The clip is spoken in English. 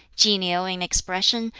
genial in expression,